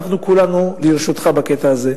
שאנחנו כולנו לרשותך בקטע הזה,